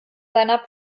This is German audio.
seiner